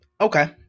Okay